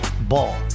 Ball